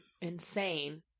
insane